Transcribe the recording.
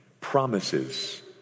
promises